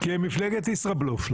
כי הם מפלגת ישראבלוף.